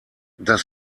das